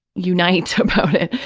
unite about it.